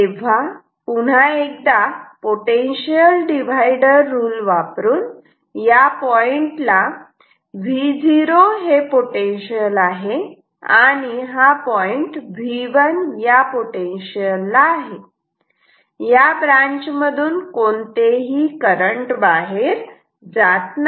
तेव्हा पुन्हा एकदा पोटेन्शियल डिव्हायडर रूल वापरून या पॉइंटला Vo हे पोटेन्शियल आहे आणि हा पॉईंट V1 या पोटेंशियल ला आहे या ब्रांच मधून कोणतेही करंट बाहेर जात नाही